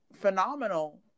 phenomenal